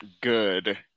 good